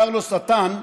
קרלוס התן,